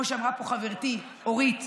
כמו שאמרה פה חברתי אורית,